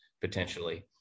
potentially